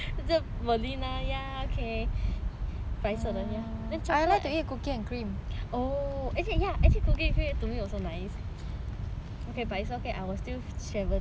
白色的 ya oh actually ya cookies and cream to me also nice okay but it's okay I will still 选 vanilla first then my last choice